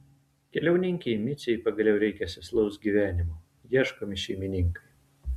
keliauninkei micei pagaliau reikia sėslaus gyvenimo ieškomi šeimininkai